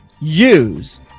use